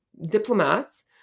Diplomats